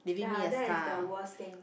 ya that's the worst thing